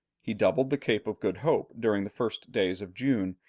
he doubled the cape of good hope during the first days of june,